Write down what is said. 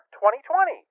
2020